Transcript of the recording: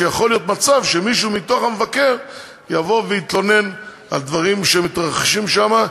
שיכול להיות מצב שמישהו מתוך משרד המבקר יתלונן על דברים שמתרחשים שם,